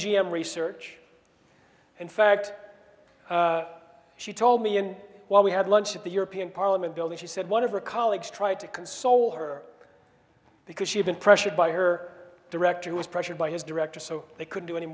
m research in fact she told me and while we had lunch at the european parliament building she said one of her colleagues tried to console her because she'd been pressured by her director who was pressured by his director so they could do any